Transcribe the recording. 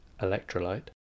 electrolyte